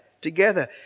together